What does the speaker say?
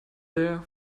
there